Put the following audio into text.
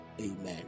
Amen